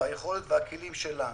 היכולת והכלים שלנו.